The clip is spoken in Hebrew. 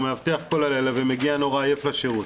הוא מאבטח כל הלילה ומגיע נורא עייף לשירות.